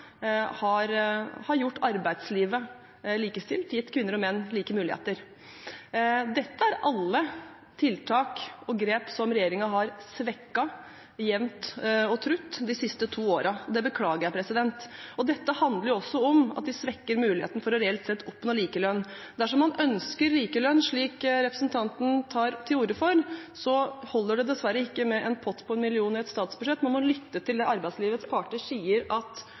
har gjort arbeidslivet likestilt og gitt kvinner og menn like muligheter. Dette er alle tiltak og grep som regjeringen har svekket jevnt og trutt de siste to årene. Det beklager jeg. Dette handler også om at de svekker muligheten for reelt sett å oppnå likelønn. Dersom man ønsker likelønn, slik representanten tar til orde for, holder det dessverre ikke med en pott på 1 mill. kr i et statsbudsjett. Man må lytte til det arbeidslivets parter sier at